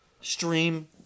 Stream